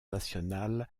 nationale